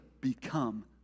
become